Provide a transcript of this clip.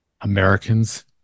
Americans